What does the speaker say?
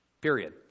Period